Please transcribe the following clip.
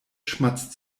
schmatzt